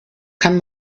kann